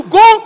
go